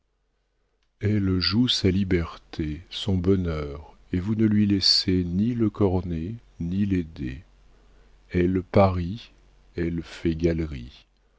elle joue sa liberté son bonheur et vous ne lui laissez ni le cornet ni les dés elle parie elle fait